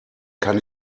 kann